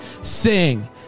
sing